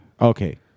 Okay